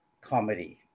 comedy